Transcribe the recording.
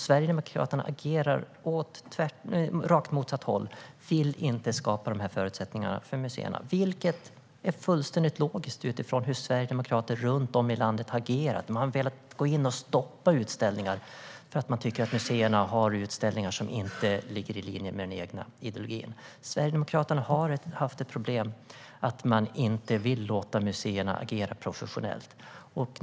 Sverigedemokraterna går åt rakt motsatt håll och vill inte skapa dessa förutsättningar för museerna, vilket är fullständigt logiskt utifrån hur sverigedemokrater runt om i landet har agerat. Man har velat gå in och stoppa utställningar, eftersom man tycker att museerna har utställningar som inte ligger i linje med den egna ideologin. Sverigedemokraterna har haft problem med att man inte vill låta museerna agera professionellt.